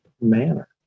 manner